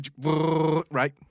Right